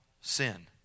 sin